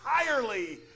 entirely